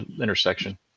intersection